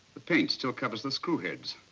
the paint still covers the screw heads.